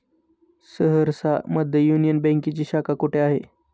सहरसा मध्ये युनियन बँकेची शाखा कुठे आहे?